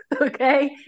okay